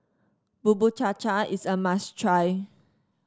Bubur Cha Cha is a must try